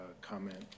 comment